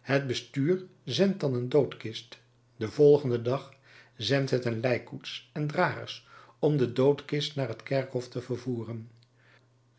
het bestuur zendt dan een doodkist den volgenden dag zendt het een lijkkoets en dragers om de doodkist naar het kerkhof te voeren